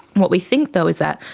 what we think though is that,